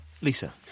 Lisa